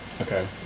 Okay